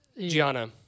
Gianna